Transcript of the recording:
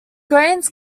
grains